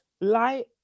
light